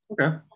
Okay